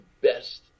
best